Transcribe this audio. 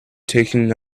taking